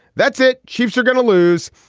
that's it. chiefs are going to lose.